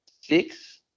six